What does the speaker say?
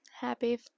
Happy